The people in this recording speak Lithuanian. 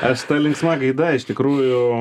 aš ta linksma gaida iš tikrųjų